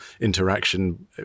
interaction